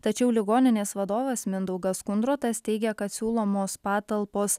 tačiau ligoninės vadovas mindaugas kundrotas teigia kad siūlomos patalpos